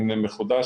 ההסברה,